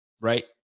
right